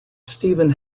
stephen